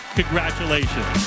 congratulations